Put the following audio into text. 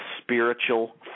spiritual